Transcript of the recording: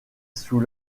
sous